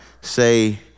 say